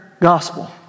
gospel